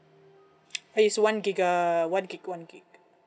it's one gigabyte one gig one gigabyte